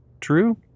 True